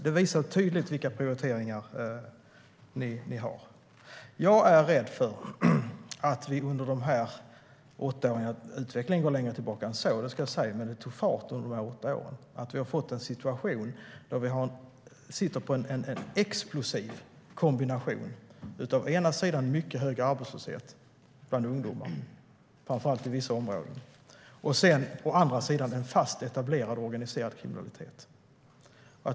Det visar tydligt vilka prioriteringar ni har. Utvecklingen går längre tillbaka än åtta år, ska jag säga, men detta tog fart under de här åtta åren. Vi har fått en situation där vi sitter på en explosiv kombination av å ena sidan mycket högre arbetslöshet bland ungdomar, framför allt i vissa områden, och å andra sidan en fast etablerad organiserad kriminalitet.